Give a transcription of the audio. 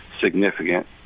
significant